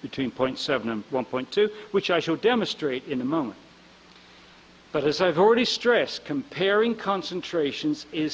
between point seven and one point two which i should demonstrate in a moment but as i've already stressed comparing concentrations is